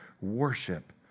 worship